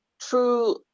true